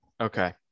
okay